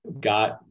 got